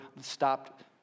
stopped